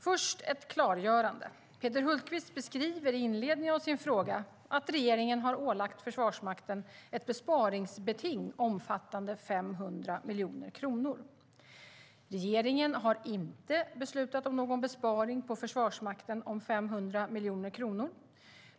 Först ett klargörande: Peter Hultqvist skriver i inledningen av sin fråga att regeringen har ålagt Försvarsmakten ett besparingsbeting omfattande 500 miljoner kronor. Men regeringen har inte beslutat om någon besparing på Försvarsmakten om 500 miljoner kronor.